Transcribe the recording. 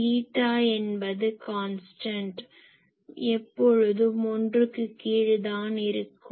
eta என்பது constant எப்பொழுதும் 1க்கு கீழ் தான் இருக்கும்